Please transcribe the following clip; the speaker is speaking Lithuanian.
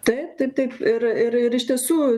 taip taip taip ir ir iš tiesų